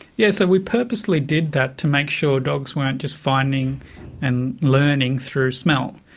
yeah so we purposely did that to make sure dogs weren't just finding and learning through smell.